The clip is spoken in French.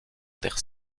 terre